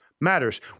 Matters